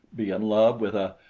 be in love with a